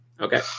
Okay